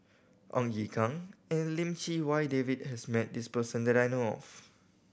Ong Ye Kung and Lim Chee Wai David has met this person that I know of